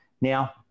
Now